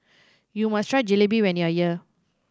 you must try Jalebi when you are here